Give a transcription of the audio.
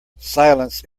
silence